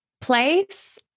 place